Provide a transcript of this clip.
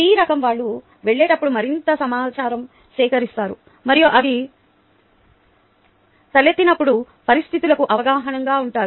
P రకం వారు వెళ్ళేటప్పుడు మరింత సమాచారం సేకరిస్తారు మరియు అవి తలెత్తినప్పుడు పరిస్థితులకు అనుగుణంగా ఉంటారు